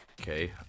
Okay